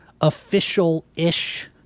official-ish